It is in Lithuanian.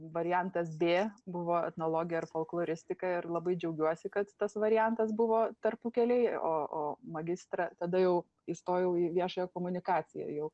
variantas b buvo etnologija ir folkloristika ir labai džiaugiuosi kad tas variantas buvo tarpukelėj o o magistrą tada jau įstojau į viešąją komunikaciją jau